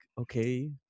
okay